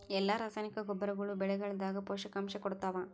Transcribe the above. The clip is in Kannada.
ಎಲ್ಲಾ ರಾಸಾಯನಿಕ ಗೊಬ್ಬರಗೊಳ್ಳು ಬೆಳೆಗಳದಾಗ ಪೋಷಕಾಂಶ ಕೊಡತಾವ?